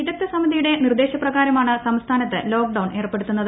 വിദഗ്ധ സമിതിയുടെ നിർദേശപ്രകാരമാണ് സംസ്ഥാനത്ത് ലോക്ഡൌൺ ഏർപ്പെടുത്തുന്നത്